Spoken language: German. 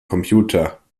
computer